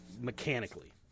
mechanically